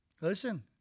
Listen